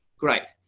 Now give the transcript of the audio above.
great.